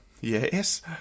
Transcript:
Yes